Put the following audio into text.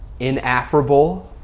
inafferable